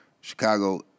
Chicago